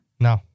No